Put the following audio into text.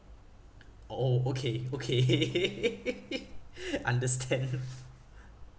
oh okay okay understand